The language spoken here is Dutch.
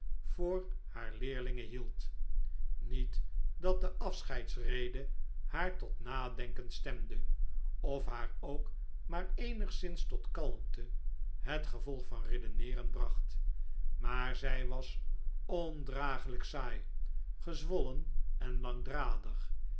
voor haar leerlinge hield niet dat de afscheidsrede haar tot nadenken stemde of haar ook maar eenigszins tot kalmte het gevolg van redeneeren bracht maar zij was ondragelijk saai gezwollen en langdradig